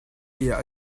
tiah